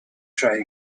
try